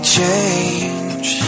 change